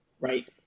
right